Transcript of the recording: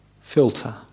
filter